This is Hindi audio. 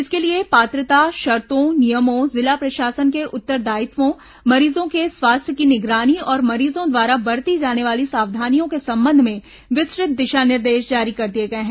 इसके लिए पात्रता शर्तों नियमों जिला प्रशासन के उत्तरदायित्वों मरीजों के स्वास्थ्य की निगरानी और मरीजों द्वारा बरती जाने वाली सावधानियों के संबंध में विस्तृत दिशा निर्देश जारी किए गए हैं